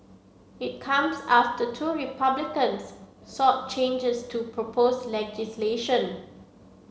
it comes after two Republicans sought changes to propose legislation